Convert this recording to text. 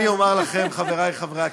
אני אומר לכם, חברי חברי הכנסת,